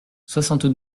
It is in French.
soixante